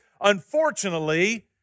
unfortunately